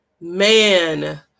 man